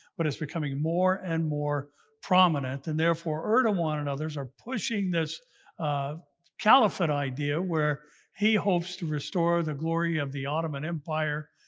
but it's becoming more and more prominent. and therefore, erdogan and others are pushing this caliphate idea where he hopes to restore the glory of the ottoman empire.